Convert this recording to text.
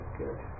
good